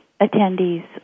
attendees